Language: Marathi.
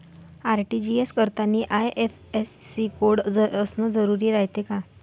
आर.टी.जी.एस करतांनी आय.एफ.एस.सी कोड असन जरुरी रायते का?